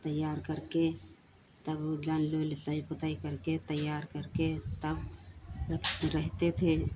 तैयार करके तब वह जानवर लिसाई पुताई करके तैयार करके तब वह रहते थे